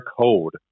code